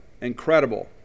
incredible